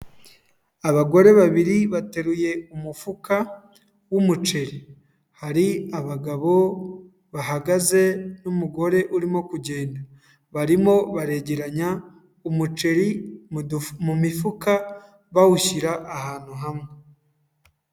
Abagore babiri bateruye umufuka w'umuceri, hari abagabo bahagaze n'umugore urimo kugenda; barimo baregeranya umuceri mu mifuka, bawushyira ahantu hamwe.